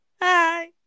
hi